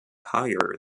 higher